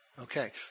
Okay